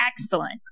Excellent